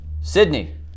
Sydney